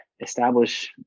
establish